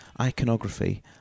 iconography